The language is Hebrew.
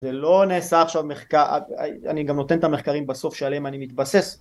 זה לא נעשה עכשיו מחקר אני גם נותן את המחקרים בסוף שעליהם אני מתבסס